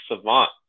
savant